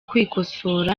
kwikosora